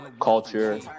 culture